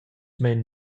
mein